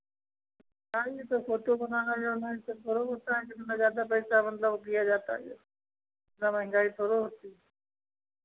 आऍंगे तो फ़ोटो बनाना जौन है ऐसे थोड़ो होता है कि इतना ज़्यादा पैसा मतलब वो किया जाता है जो इतना महंगाई थोड़ो होती है